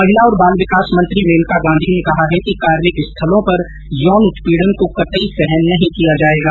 महिला और बाल विकास मंत्री मेनका गांधी ने कहा है कि कार्य स्थलों पर यौन उत्पीड़न को कतई सहन नहीं किया जाएगा